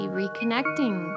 reconnecting